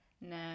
No